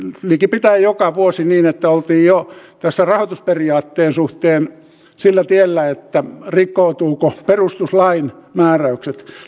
likipitäen joka vuosi niin että oltiin jo tässä rahoitusperiaatteen suhteen sillä tiellä että rikkoutuvatko perustuslain määräykset